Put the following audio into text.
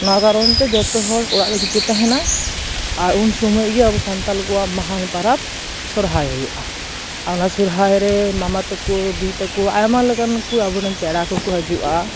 ᱚᱱᱟ ᱠᱟᱨᱚᱱ ᱛᱮ ᱡᱚᱛᱚ ᱦᱚᱲ ᱚᱲᱟᱜ ᱨᱮᱜᱤ ᱠᱚ ᱛᱟᱦᱮᱱᱟ ᱟᱨ ᱩᱱ ᱥᱳᱢᱚᱭ ᱜᱮ ᱟᱵᱚ ᱥᱟᱱᱛᱟᱲ ᱠᱚᱣᱟᱜ ᱢᱟᱦᱟᱱ ᱯᱟᱨᱟᱵᱽ ᱥᱚᱨᱦᱟᱭ ᱦᱩᱭᱩᱜᱼᱟ ᱚᱱᱟ ᱥᱚᱨᱦᱟᱭ ᱨᱮ ᱢᱟᱢᱟ ᱛᱟᱠᱚ ᱫᱤᱫᱤ ᱛᱟᱠᱚ ᱟᱭᱢᱟ ᱞᱮᱠᱟᱱ ᱠᱚ ᱟᱵᱚ ᱨᱮᱱ ᱯᱮᱲᱟ ᱠᱚᱠᱚ ᱦᱟᱹᱡᱩᱜᱼᱟ